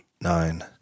nine